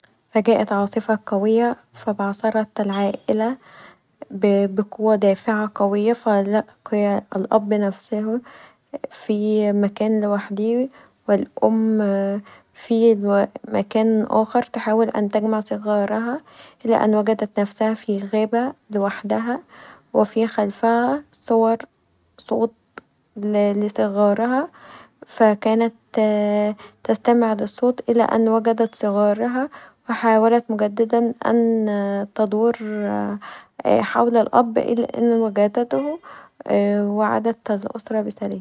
فجاءت عاصفه قويه فبعثرت العائله بقوه دافعه قويه فلاقي الاب نفسه في مكان لوحده و الام في مكان آخر تحاول ان تجمع صغارها الي ان وجدت نفسها في غابه لوحدها وفي خلفها صور صوت لصغارها فكانت تستمع لصوت الي ان وجدت صغيرها و حاولت مجددا ان تدور حول الاب الي ان و جدته و عادت الاسره بسلام.